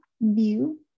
view